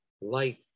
light